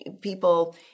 people